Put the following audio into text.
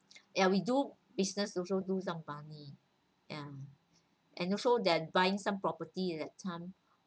ya we do business also lose some money ya and also that buying some property at that time